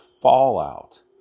fallout